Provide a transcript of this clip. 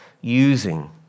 using